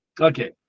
Okay